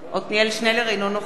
אינו נוכח